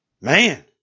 Man